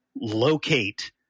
locate